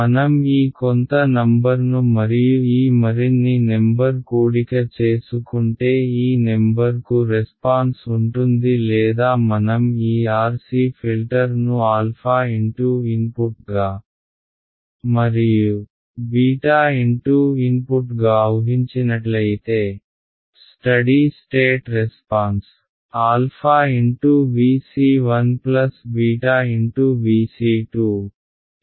మనం ఈ కొంత నంబర్ను మరియు ఈ మరిన్ని నెంబర్ కూడిక చేసుకుంటే ఈ నెంబర్ కు రెస్పాన్స్ ఉంటుంది లేదా మనం ఈ R C ఫిల్టర్ను α x ఇన్పుట్గా మరియు β x ఇన్పుట్గా ఉహించినట్లయితే steady state response α × V c 1 β × V c 2